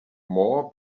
more